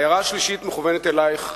ההערה השלישית מכוונת אלייך,